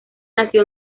nació